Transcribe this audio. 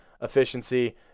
efficiency